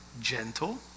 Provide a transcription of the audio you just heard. gentle